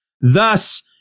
thus